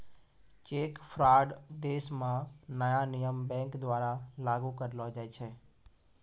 cheque fraud देश म नया नियम बैंक द्वारा लागू करलो जाय छै